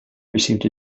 received